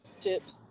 Chips